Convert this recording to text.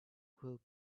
will